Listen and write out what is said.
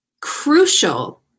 crucial